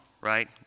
right